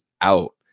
out